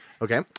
Okay